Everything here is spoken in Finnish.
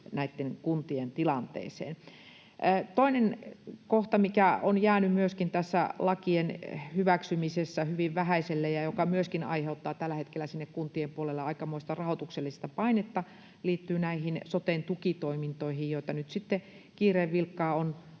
kuntien tilanteeseen. Toinen kohta, mikä on jäänyt myöskin tässä lakien hyväksymisessä hyvin vähäiselle ja joka myöskin aiheuttaa tällä hetkellä sinne kuntien puolelle aikamoista rahoituksellista painetta, liittyy näihin soten tukitoimintoihin, joita nyt sitten kiireen vilkkaa on